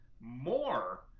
more